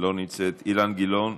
לא נמצאת, אילן גילאון,